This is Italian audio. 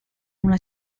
una